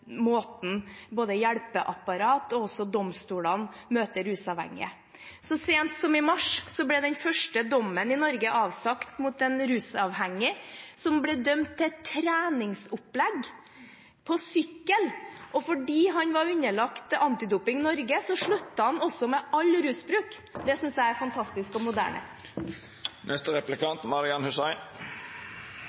måten både hjelpeapparatet og domstolene møter rusavhengige på. Så sent som i mars ble den første dommen i Norge avsagt mot en rusavhengig, som ble dømt til treningsopplegg på sykkel. Og fordi han var underlagt Antidoping Norge, sluttet han også med all rusbruk. Det synes jeg er fantastisk og moderne.